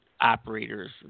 operators